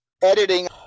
editing